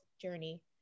journey